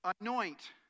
anoint